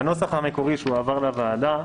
בנוסח המקורי שהועבר לוועדה,